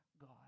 God